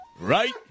Right